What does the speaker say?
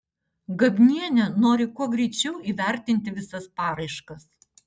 gabnienė nori kuo greičiau įvertinti visas paraiškas